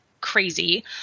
crazy